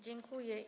Dziękuję.